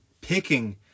picking